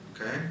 okay